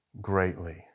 greatly